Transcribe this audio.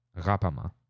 Rapama